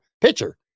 Pitcher